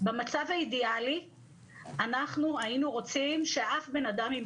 במצב האידיאלי אנחנו היינו רוצים שאף בן אדם עם